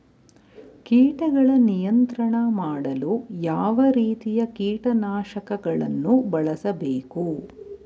ಕೀಟಗಳ ನಿಯಂತ್ರಣ ಮಾಡಲು ಯಾವ ರೀತಿಯ ಕೀಟನಾಶಕಗಳನ್ನು ಬಳಸಬೇಕು?